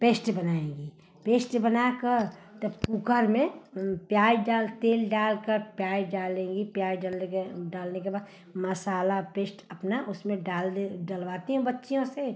paste बनाएगी paste बनाकर तब कुकर में प्याज डाल तेल डालकर प्याज डालेगी प्याज डलने के डालने के बाद मसाला पेस्ट अपना उसमें डाल दे डलवाती हूँ बच्चियों से